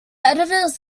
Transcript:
editors